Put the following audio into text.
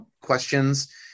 questions